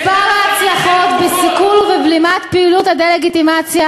מספר ההצלחות בסיכול ובבלימת פעילות הדה-לגיטימציה